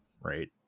Right